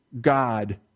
God